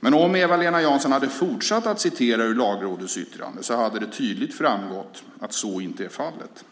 Om Eva-Lena Jansson hade fortsatt att citera ur Lagrådets yttrande hade det tydligt framgått att så inte är fallet.